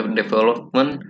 development